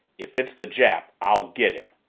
if it is the jap, i'll get him!